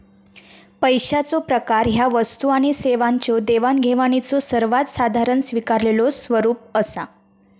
पैशाचो प्रकार ह्या वस्तू आणि सेवांच्यो देवाणघेवाणीचो सर्वात साधारण स्वीकारलेलो स्वरूप असा